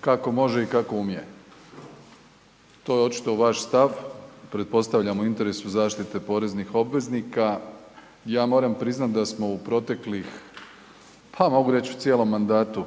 kako može i kako umije. To je očito vaš stav, pretpostavljam u interesu zaštite poreznih obveznika. Ja moram priznati da smo u proteklih, pa mogu reći u cijelom mandatu